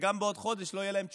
שגם בעוד חודש לא יהיו להם תשובות,